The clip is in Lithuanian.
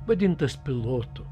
vadintas pilotu